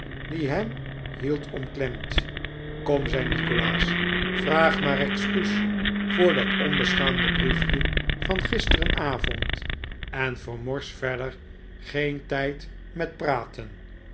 die hem hield omklemd kom zei nikolaas vraag maar excuus voor dat onbeschaamde briefje van gisterenavond en vermors verder geen tijd met praten